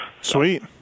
Sweet